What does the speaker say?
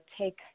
take